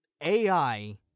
AI